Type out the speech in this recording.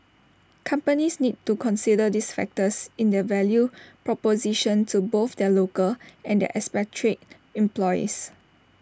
companies need to consider these factors in their value proposition to both their local and their expatriate employees